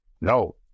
no